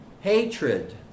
hatred